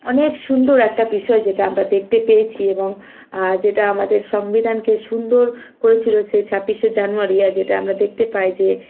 অনেক সুন্দর একটা বিষয় যেটা আমরা দেখতে পেয়েছি এবং যেটা আমাদের সংবিধানকে সুন্দর করেছিলো সে ছাব্বিশে জানুয়ারি আর যেটা আমরা দেখতে পাই যে